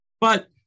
But-